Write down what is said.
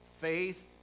Faith